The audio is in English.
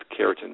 keratin